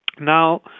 Now